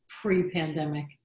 pre-pandemic